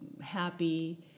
happy